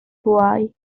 bwâu